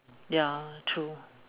ya true